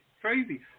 crazy